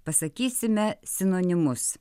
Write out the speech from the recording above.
pasakysime sinonimus